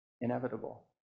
inevitable